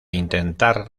intentar